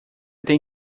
tem